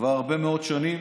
כבר הרבה מאוד שנים,